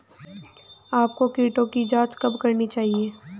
आपको कीटों की जांच कब करनी चाहिए?